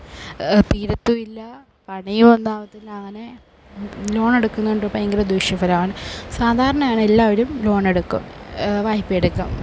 തീരത്തും ഇല്ല പണിയും ഒന്നും ആവത്തില്ല അങ്ങനെ ലോണെടുക്കുന്നതുകൊണ്ട് ഭയങ്കര ദൂഷ്യഫലമാണ് സാധാരണയാണ് എല്ലാവരും ലോണെടുക്കും വായ്പയെടുക്കും